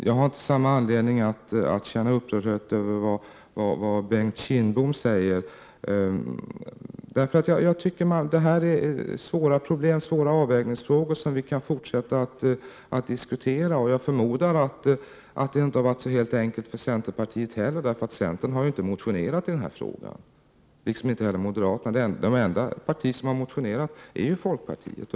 Jag har inte samma anledning att känna upprördhet över vad Bengt Kindbom säger. Jag tycker att det här är svåra problem och svåra avvägningsfrågor, som vi kan fortsätta att diskutera. Jag förmodar att det inte har varit så helt enkelt för centerpartiet heller, eftersom centern ju inte har motionerat i den här frågan, liksom inte heller moderaterna. Det enda parti som har motionerat är folkpartiet.